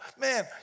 man